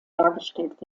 dargestellt